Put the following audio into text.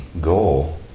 goal